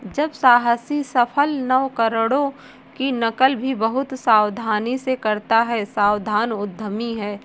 जब साहसी सफल नवकरणों की नकल भी बहुत सावधानी से करता है सावधान उद्यमी है